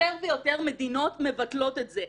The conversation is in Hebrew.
יותר ויותר מדינות מבטלות את זה.